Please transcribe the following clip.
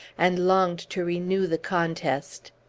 and longed to renew the contest.